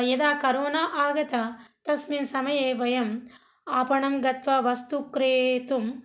यदा करोना आगता तस्मिन् समये वयम् आपणं गत्वा वस्तुं क्रेतुम्